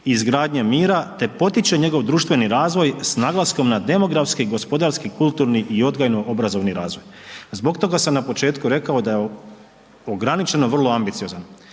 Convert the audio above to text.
izgradnje mira te potiče njegov društveni razvoj s naglaskom na demografski, gospodarski, kulturni i odgojno obrazovni razvoj“. Zbog toga sam na početku rekao da je ograničeno vrlo ambiciozan.